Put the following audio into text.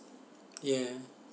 yeah